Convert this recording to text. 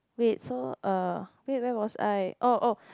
wait so uh wait where was I oh oh